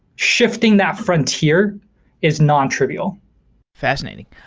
shifting that frontier is non-trivial fascinating.